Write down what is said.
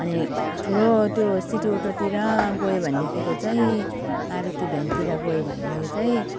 अनि ठुलो त्यो सिटी अटोतिर गयो भनेदेखिको चाहिँ मारुति भ्यानतिर गयो भनेदेखि चाहिँ